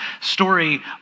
story